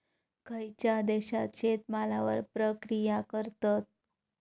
खयच्या देशात शेतमालावर प्रक्रिया करतत?